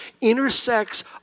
intersects